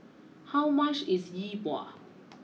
how much is Yi Bua